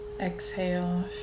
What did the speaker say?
exhale